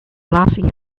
laughing